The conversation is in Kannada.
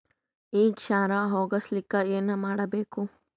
ಈ ಕ್ಷಾರ ಹೋಗಸಲಿಕ್ಕ ಏನ ಮಾಡಬೇಕು?